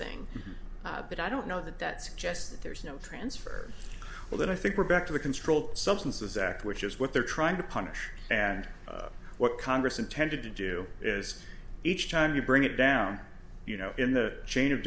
thing but i don't know that that suggests that there's no transfer well then i think we're back to the controlled substances act which is what they're trying to punish and what congress intended to do is each time you bring it down you know in the chain of